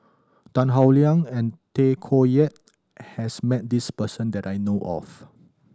Tan Howe Liang and Tay Koh Yat has met this person that I know of